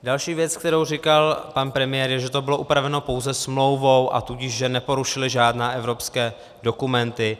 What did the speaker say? Další věc, kterou říkal pan premiér, je, že to bylo upraveno pouze smlouvou, a tudíž, že neporušili žádné evropské dokumenty.